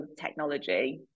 technology